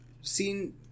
seen